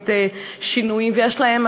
החרדית שינויים, ויש להם